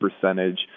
percentage